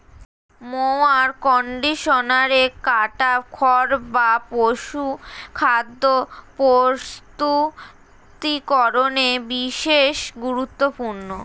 mower কন্ডিশনারে কাটা খড় বা পশুখাদ্য প্রস্তুতিকরনে বিশেষ গুরুত্বপূর্ণ